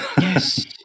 Yes